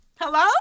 Hello